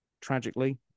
Tragically